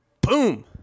Boom